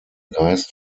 geist